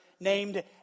Named